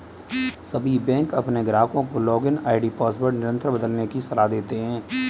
सभी बैंक अपने ग्राहकों को लॉगिन आई.डी पासवर्ड निरंतर बदलने की सलाह देते हैं